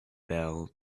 bell